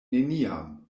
neniam